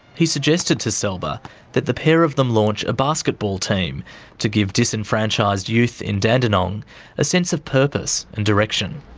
he suggested to selba that the pair of them launch a basketball team to give disenfranchised youth in dandenong a sense of purpose and direction.